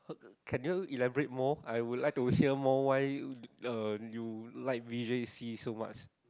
can you elaborate more I would like to hear more why uh you like V_J_C so much